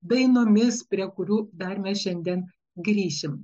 dainomis prie kurių dar mes šiandien grįšim